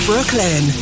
Brooklyn